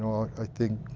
i think